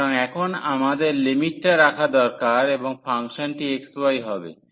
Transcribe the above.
সুতরাং এখন আমাদের লিমিটটা রাখা দরকার এবং ফাংশনটি xy হবে